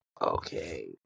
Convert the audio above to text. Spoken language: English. Okay